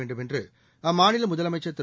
வேண்டும் என்று அம்மாநில முதலமைச்சா் திரு